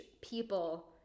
people